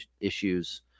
issues